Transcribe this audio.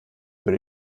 über